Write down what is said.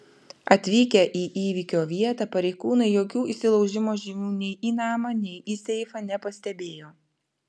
atvykę į įvykio vietą pareigūnai jokių įsilaužimo žymių nei į namą nei į seifą nepastebėjo